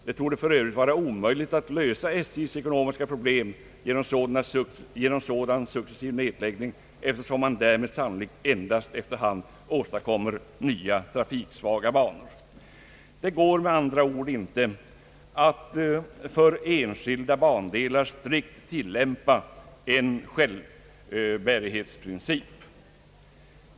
Det torde för övrigt vara omöjligt att lösa SJ:s ekonomiska problem genom sådan successiv nedläggning, eftersom man därmed sannolikt endast efter hand åstadkommer nya trafiksvaga banor.» Det går med andra ord inte att för enskilda bandelar strikt tillämpa en självbärighetsprincip.